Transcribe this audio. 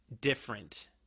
different